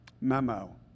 Memo